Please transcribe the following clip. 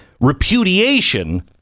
repudiation